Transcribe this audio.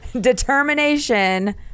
determination